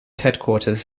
headquarters